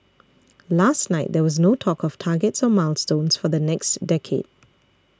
last night there was no talk of targets or milestones for the next decade